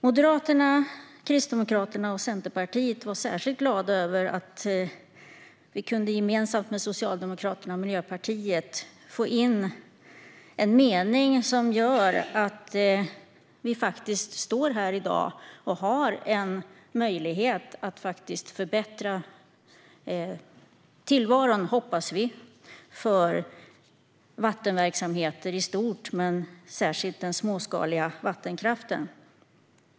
Moderaterna, Kristdemokraterna och Centerpartiet var särskilt glada över att vi gemensamt med Socialdemokraterna och Miljöpartiet kunde få in en mening som gör att vi faktiskt står här i dag och har en möjlighet att förbättra tillvaron - hoppas vi - för vattenverksamheter i stort och särskilt för den småskaliga vattenkraften.